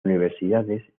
universidades